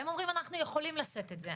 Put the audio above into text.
והם אומרים 'אנחנו יכולים לשאת את זה,